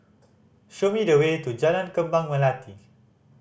show me the way to Jalan Kembang Melati